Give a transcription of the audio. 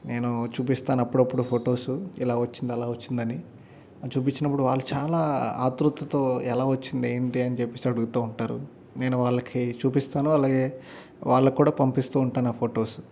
నేను చూపిస్తాను అప్పుడప్పుడు ఫొటోస్ ఇలా వచ్చింది అలా వచ్చింది అని చూపించినప్పుడు వాళ్ళు చాలా ఆత్రుతతో ఎలా వచ్చింది ఏంటి అని చెప్పేసి అడుగుతూ ఉంటారు నేను వాళ్ళకి చూపిస్తాను అలాగే వాళ్ళకి కూడా పంపిస్తూ ఉంటాను ఆ ఫొటోస్